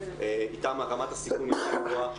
איתם רמת הסיכון יותר גבוהה.